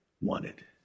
wanted